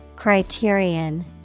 Criterion